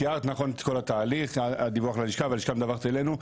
תיארת נכון את התהליך הדיווח ללשכה והלשכה מדווחת אלינו.